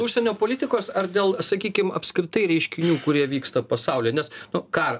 užsienio politikos ar dėl sakykim apskritai reiškinių kurie vyksta pasaulyje nes nu ką